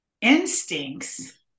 Instincts